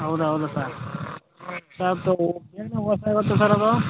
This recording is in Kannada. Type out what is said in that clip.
ಹೌದ್ ಹೌದು ಸರ್ ಅದು ಸರ್ ಅದು